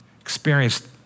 experienced